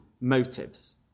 motives